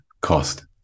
cost